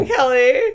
Kelly